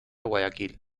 guayaquil